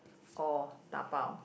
or dabao